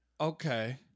Okay